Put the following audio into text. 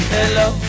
Hello